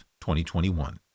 2021